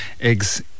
eggs